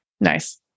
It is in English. Nice